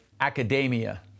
academia